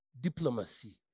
diplomacy